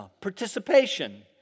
participation